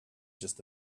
just